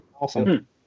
Awesome